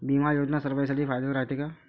बिमा योजना सर्वाईसाठी फायद्याचं रायते का?